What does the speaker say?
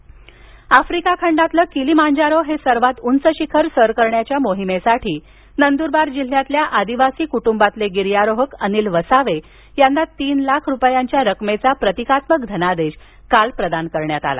Kilimanjaro Africa खंडातलं Kilimanjaro हे सर्वात उंच शिखर सर करण्याच्या मोहिमेसाठी नंदूरबार जिल्ह्यातल्या आदिवासी कुटुंबातले गियरोहक अनिल वसावे यांना तीन लाख रुपयांच्या रकमेचा प्रतीकात्मक धनादेश काल प्रदान करण्यात आला